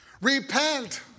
Repent